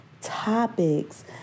topics